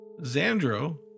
Xandro